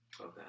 Okay